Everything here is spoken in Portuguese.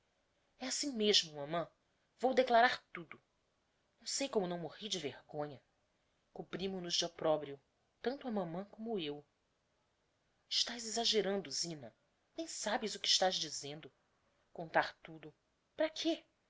é assim mesmo mamã vou declarar tudo nem sei como não morri de vergonha cobrimo nos de opprobrio tanto a mamã como eu estás exagerando zina nem sabes o que estás dizendo contar tudo para quê